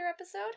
episode